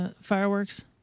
Fireworks